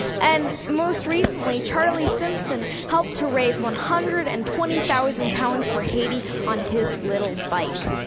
and, most recently, charlie simpson helped to raise one hundred and twenty thousand pounds for haiti, on his little bike.